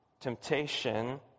Temptation